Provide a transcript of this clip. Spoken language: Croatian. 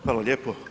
Hvala lijepo.